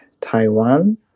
Taiwan